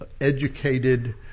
educated